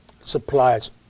supplies